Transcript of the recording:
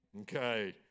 Okay